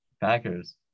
Packers